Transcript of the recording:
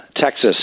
texas